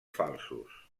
falsos